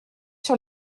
sur